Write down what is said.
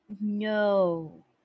No